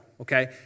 Okay